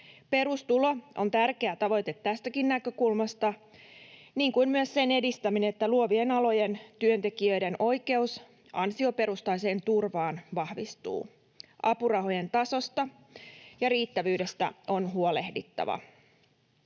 Perustulo on tärkeä tavoite tästäkin näkökulmasta, niin kuin myös sen edistäminen, että luovien alojen työntekijöiden oikeus ansioperustaiseen turvaan vahvistuu. Apurahojen tasosta ja riittävyydestä on huolehdittava.